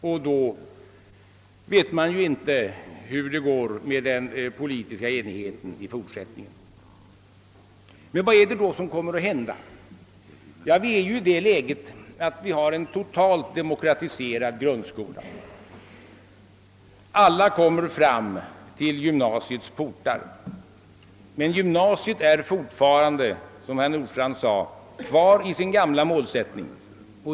Och då vet man inte hur det går med den politiska enigheten i fortsättningen. Men vad är det då som kommer att hända? Vi har nu en totalt demokratiserad grundskola; alla kommer fram till gymnasiets portar. Men gymnasiet är fortfarande, som herr Nordstrandh sade, kvar i sin gamla målsättning.